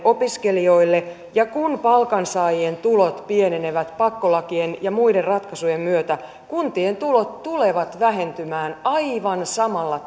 opiskelijoille ja kun palkansaajien tulot pienenevät pakkolakien ja muiden ratkaisujen myötä kuntien tulot tulevat vähentymään aivan samalla